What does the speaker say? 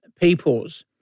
peoples